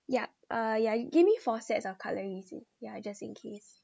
yup uh ya you give me four sets of cutleries in ya just in case